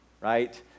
right